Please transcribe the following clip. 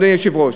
אדוני היושב-ראש: